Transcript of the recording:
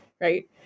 right